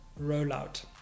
rollout